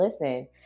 listen